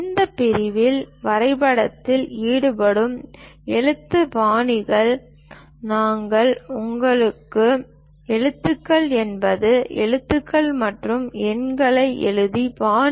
இந்த பிரிவில் வரைபடத்தில் ஈடுபடும் எழுத்து பாணிகளை நாங்கள் உள்ளடக்குகிறோம் எழுத்துக்கள் என்பது எழுத்துக்கள் மற்றும் எண்களை எழுதும் பாணி